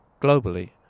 globally